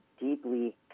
deeply